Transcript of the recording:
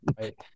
right